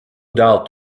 doubt